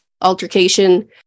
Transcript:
altercation